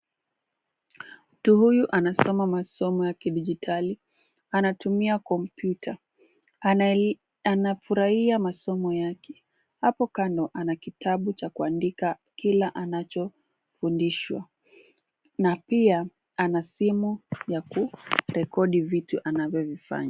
Mtu huyu anasoma masomo ya kidijitali anatumia kompyuta, anafurahia masomo yake. Hapo kando ana kitabu cha kuandika kila anchofundisha na pia ana simu ya kurekodi video anavyovifanya.